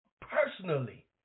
personally